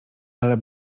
ale